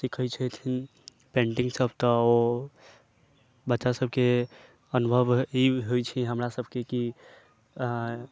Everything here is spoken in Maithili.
सीखै छथिन पेंटिंगसभ तऽ ओ बच्चासभके अनुभव ई होइ छै हमरासभके कि